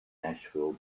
nashville